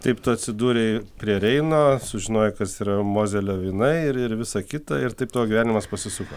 taip tu atsidūrei prie reino sužinojai kas yra mozelio vynai ir ir visa kita ir taip tavo gyvenimas pasisuko